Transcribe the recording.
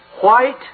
white